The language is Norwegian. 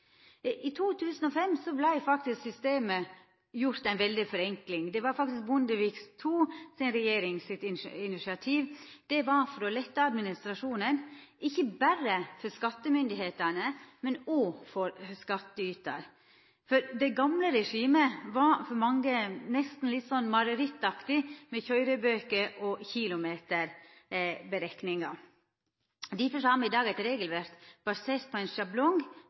I 2005 vart systemet veldig forenkla. Det var faktisk Bondevik II-regjeringa sitt initiativ. Det var for å letta administrasjonen ikkje berre for skattemyndigheitene, men òg for skattytar. Det gamle regimet var for mange nesten litt marerittaktig med køyrebøker og kilometerberekning. Derfor har me i dag eit regelverk basert på ein sjablong